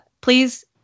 please